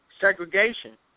Segregation